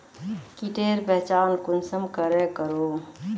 कीटेर पहचान कुंसम करे करूम?